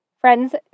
Friends